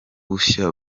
bushya